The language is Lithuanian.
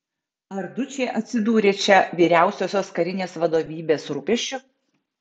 ar dučė atsidūrė čia vyriausiosios karinės vadovybės rūpesčiu